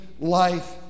life